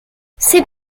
ses